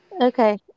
Okay